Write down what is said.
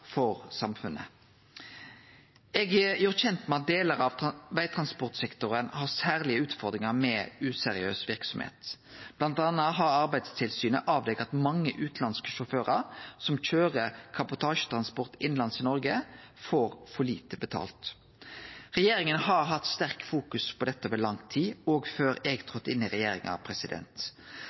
for samfunnet. Eg er gjord kjend med at delar av vegtransportsektoren har særlege utfordringar med useriøs verksemd. Blant anna har Arbeidstilsynet avdekt at mange utanlandske sjåførar som køyrer kabotasjetransport innanlands i Noreg, får for lite betalt. Regjeringa har hatt sterkt søkelys på dette over lang tid, òg før eg trådde inn i regjeringa,